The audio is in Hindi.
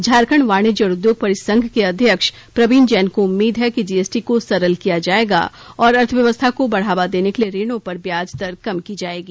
झारखण्ड वाणिज्य और उद्योग परिसंघ के अध्यक्ष प्रवीण जैन को उम्मीद है कि जीएसटी को सरल किया जायेगा और अर्थव्यवस्था को बढ़ावा देने के लिए ऋणों पर ब्याज दर कम की जायेगी